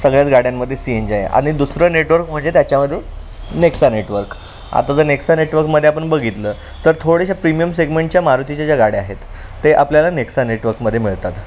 सगळ्याच गाड्यांमध्ये C N G आहे आणि दुसरं नेटवर्क म्हणजे त्याच्यामध्ये नेक्सा नेटवर्क आता जर नेक्सा नेटवर्कमध्ये आपण बघितलं तर थोड्याशा प्रिमियम सेगमेंटच्या मारुतीच्या ज्या गाड्या आहेत ते आपल्याला नेक्सा नेटवर्कमध्ये मिळतात